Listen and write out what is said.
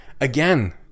again